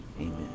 Amen